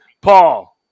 Paul